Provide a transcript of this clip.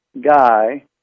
guy